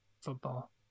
football